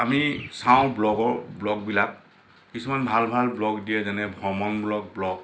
আমি চাওঁ ব্লগৰ ব্লগবিলাক কিছুমান ভাল ভাল ব্লগ দিয়ে যেনে ভ্ৰমণমূলক ব্লগ